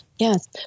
Yes